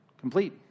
complete